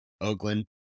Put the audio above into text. Oakland